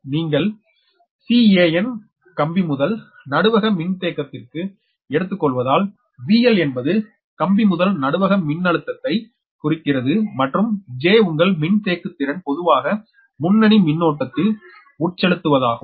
நீங்கள் Can கம்பிமுதல் நடுவக மின்தேக்கத்திற்கு எடுத்துக்கொள்வதால் VL என்பது கம்பிமுதல் நடுவக மின்னழுத்தத்தை குறிக்கிறது மற்றும் j உங்கள் மின்தேக்கத்திறன் பொதுவாக முன்னணி மின்னோட்டத்தில் உட்செலுத்துவதாகும்